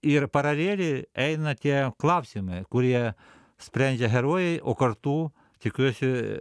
ir paraleliai eina tie klausimai kurie sprendžia herojai o kartu tikiuosi